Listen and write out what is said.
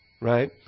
Right